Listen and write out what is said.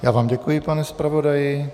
Já vám děkuji, pane zpravodaji.